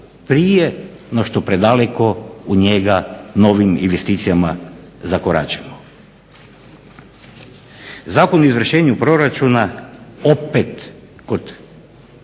prije no što predaleko u njega novim investicijama zakoračimo. Zakon o izvršenju proračuna opet kod